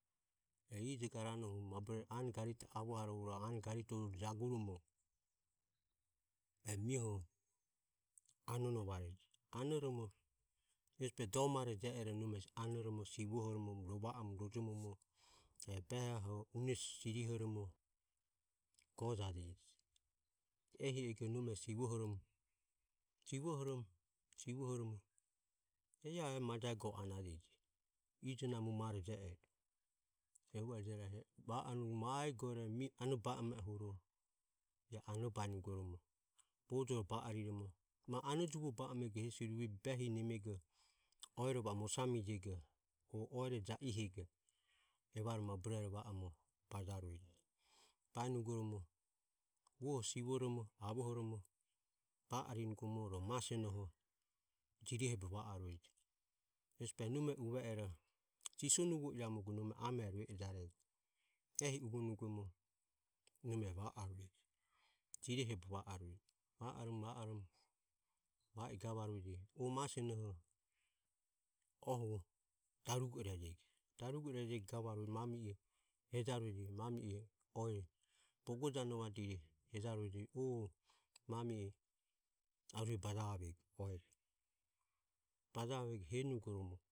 E ijo garane anogarite avoharohuro e anogarite jagunugoromo e mioho anonovareje. Anoromo e hesi behoho domare jie ero nome anoromo sivohoromo rova orojomoromo e behoho unesirihoromo gojaje ehi ego nome sivohoromo sivohoromo sivohoromo iae e maja go anajeje ijo namomare jie ero. Ehu e jie ero va orom vaegore mie ano ba ame ohuro iae ano baenugoromo bojore ba ariromo ma ano juvo ba amego hesi ro behire nemego oero va o mosamijego o ja ihego evare maburero va oromo bajarueje. Baenugoromo uoho sivoromo avohoromo ba ariromo rohu ma sionoho jirehobe va arueje ehesi behoho nome uve ero sisonuvo iramugo nome amore rue ejarejo. Ehi uvonugoromo Nome va arueje jirehobe va arueje va oromo va oromo va I gavarueje o ma sionoho oho darugo irajego. Darugo irajego gavarueje mami e hejarueje mami e oe bogo janovadire hejarueje o mami e arue bajavavego oero. Bajavavego henugoromo.